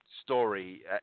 story